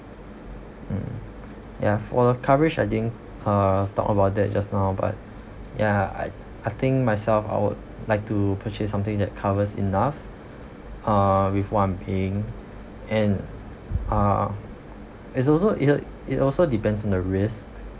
mm ya for coverage I didn't uh talk about that just now but ya I I think myself I would like to purchase something that covers enough uh before I'm paying and uh it's also it it also depends on the risks